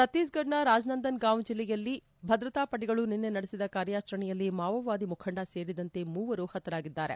ಛತ್ತೀಸ್ಫಡ್ನ ರಾಜನಂದನ್ಗಾಂವ್ ಜಿಲ್ಲೆಯಲ್ಲಿ ಭದ್ರತಾ ಪಡೆಗಳು ನಿನ್ನೆ ನಡೆಸಿದ ಕಾರ್ಯಾಚರಣೆಯಲ್ಲಿ ಮಾವೋವಾದಿ ಮುಖಂಡ ಸೇರಿದಂತೆ ಮೂವರು ಹತರಾಗಿದ್ದಾರೆ